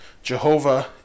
Jehovah